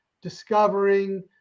discovering